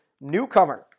newcomer